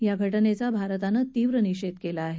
या घाजेचा भारतानं तीव्र निषेध केला आहे